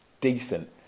decent